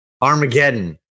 Armageddon